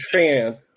fan